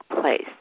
place